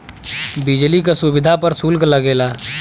बिजली क सुविधा पर सुल्क लगेला